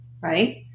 right